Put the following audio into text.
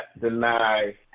deny